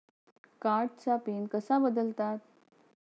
कार्डचा पिन कसा बदलतात?